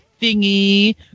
thingy